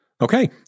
Okay